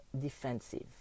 defensive